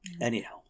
Anyhow